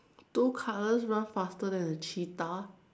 two colors run faster than a cheetah